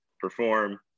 perform